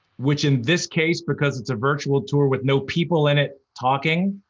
which, in this case, because it's a virtual tour with no people in it talking,